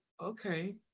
okay